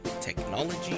technology